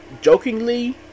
jokingly